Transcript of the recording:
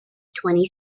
twenty